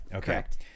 correct